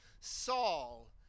Saul